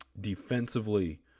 Defensively